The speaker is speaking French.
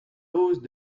hausse